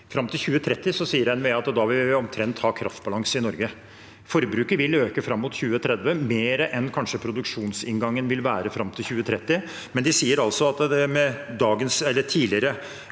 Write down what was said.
Fram til 2030 sier NVE at da vil vi omtrent ha kraftbalanse i Norge. Forbruket vil øke kanskje mer enn produksjonsinngangen vil være fram til 2030, men de sier altså at med tidligere